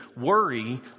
worry